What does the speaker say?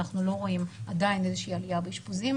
אנחנו עדיין לא רואים איזושהי עלייה באשפוזים,